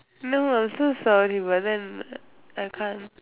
no I'm so sorry but then I can't